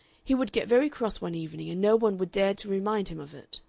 he would get very cross one evening and no one would dare to remind him of it.